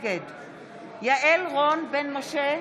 נגד יעל רון בן משה,